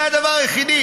זה הדבר היחיד.